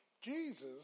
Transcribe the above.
Jesus